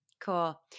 Cool